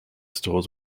stores